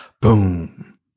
boom